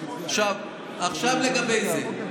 עכשיו לגבי זה.